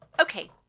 Okay